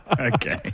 Okay